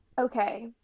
okay